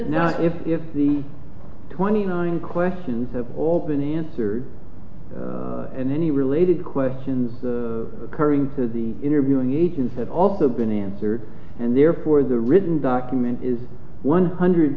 no if if the twenty nine questions have all been answered and then he related questions the recurring to the interviewing agents have also been answered and therefore the written document is one hundred